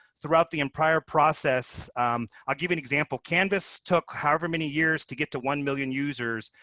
throughout the entire process i'll give an example. canvas took however many years to get to one million users,